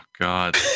God